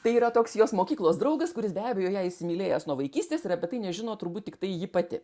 tai yra toks jos mokyklos draugas kuris be abejo ją įsimylėjęs nuo vaikystės ir apie tai nežino turbūt tiktai ji pati